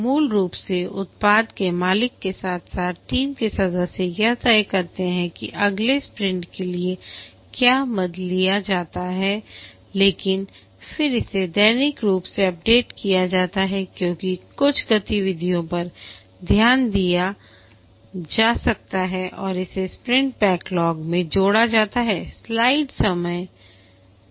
मूल रूप से उत्पाद के मालिक के साथ साथ टीम के सदस्य यह तय करते हैं कि अगले स्प्रिंट के लिए क्या मद लिया जाना है लेकिन फिर इसे दैनिक रूप से अपडेट किया जाता है क्योंकि कुछ गतिविधियों पर ध्यान दिया जा सकता है और इसे स्प्रिंट बैकलॉग में जोड़ा जाता है